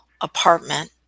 apartment